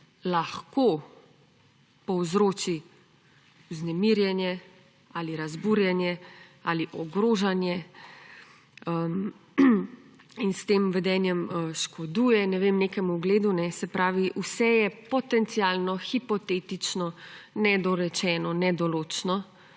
lahko povzroči vznemirjenje, ali razburjenje, ali ogrožanje in s tem vedenjem škoduje nekemu ugledu«. Se pravi, vse je potencialno, hipotetično nedorečeno, nedoločno,